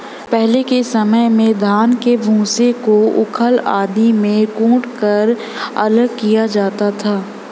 पहले के समय में धान के भूसे को ऊखल आदि में कूटकर अलग किया जाता था